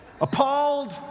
appalled